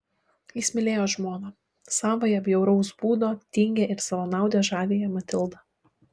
jis mylėjo žmoną savąją bjauraus būdo tingią ir savanaudę žaviąją matildą